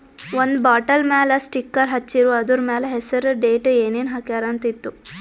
ಒಂದ್ ಬಾಟಲ್ ಮ್ಯಾಲ ಸ್ಟಿಕ್ಕರ್ ಹಚ್ಚಿರು, ಅದುರ್ ಮ್ಯಾಲ ಹೆಸರ್, ಡೇಟ್, ಏನೇನ್ ಹಾಕ್ಯಾರ ಅಂತ್ ಇತ್ತು